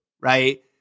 right